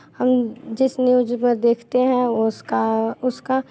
हम जिस न्यूज़ में देखते हैं उसका उसका